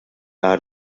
hat